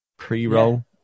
pre-roll